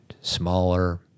smaller